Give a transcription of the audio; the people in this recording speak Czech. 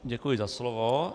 Děkuji za slovo.